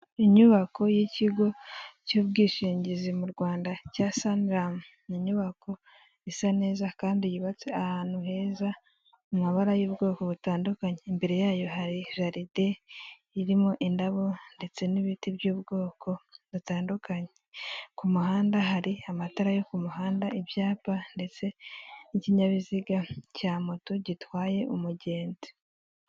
Inyubako y'ikigo cy'ubwishingizi mu Rwanda cya suram. ni inyubako isa neza kandi yubatse ahantu heza mu mabara y'ubwoko butandukanye, imbere yayo hari jaride irimo indabo ndetse n'ibiti by'ubwoko butandukanye, ku muhanda hari amatara yo ku muhanda ibyapa ndetse n'ikinyabiziga cya moto gitwaye umugenzi.